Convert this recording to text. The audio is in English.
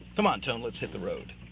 come on, tony, let's hit the road.